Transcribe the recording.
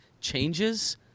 changes